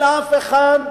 אין לאף אחד,